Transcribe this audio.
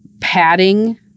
padding